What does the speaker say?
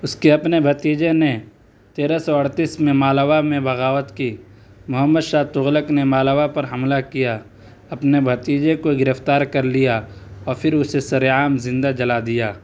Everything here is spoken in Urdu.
اس کے اپنے بھتیجے نے تیرہ سو اڑتیس میں مالوا میں بغاوت کی محمد شاہ تغلق نے مالوا پر حملہ کیا اپنے بھتیجے کو گرفتار کر لیا اور پھر اسے سر عام زندہ جلا دیا